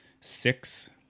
six